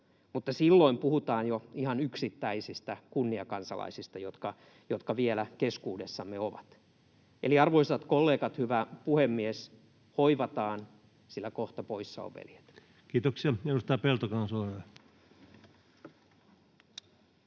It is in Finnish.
Silloin puhutaan jo ihan yksittäisistä kunniakansalaisista, jotka vielä keskuudessamme ovat. Eli, arvoisat kollegat, hyvä puhemies, hoivataan, sillä kohta poissa on veljet. Kiitoksia. — Edustaja Peltokangas,